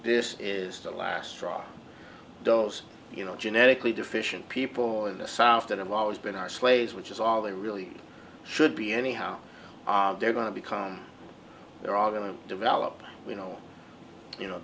this is the last straw those you know genetically deficient people in the south and i'm always been our sleighs which is all they really should be anyhow they're going to become they're all going to develop you know you know